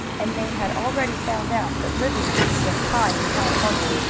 and they had already found out that living was high in california.